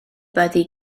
byddi